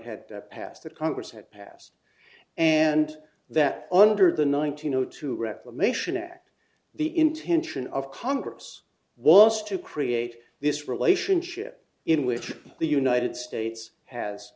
had passed that congress had passed and that under the nineteen zero two reclamation act the intention of congress was to create this relationship in which the united states has